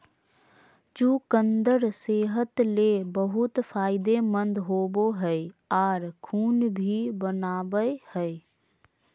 चुकंदर सेहत ले बहुत फायदेमंद होवो हय आर खून भी बनावय हय